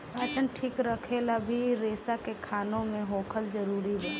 पाचन ठीक रखेला भी रेसा के खाना मे होखल जरूरी बा